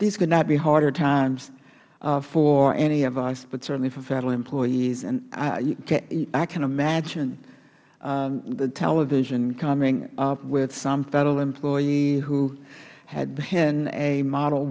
these could not be harder times for any of us but certainly for federal employees i can imagine the television coming up with some federal employee who had been a model